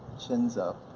chins up,